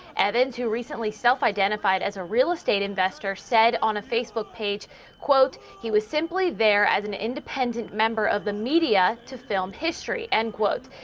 and into recently self identified as a real estate investor said on a facebook page quote he was simply there as an independent member of the media to film history end quote,